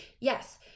yes